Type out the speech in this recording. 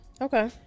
Okay